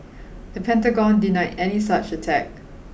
the Pentagon denied any such attack